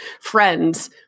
Friends